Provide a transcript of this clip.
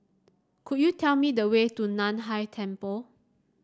could you tell me the way to Nan Hai Temple